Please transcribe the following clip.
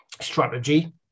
strategy